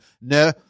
No